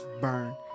burn